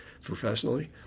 professionally